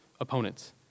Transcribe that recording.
opponents